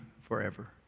forever